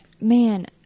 Man